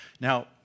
Now